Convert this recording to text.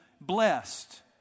Blessed